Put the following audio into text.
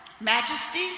majesty